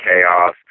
chaos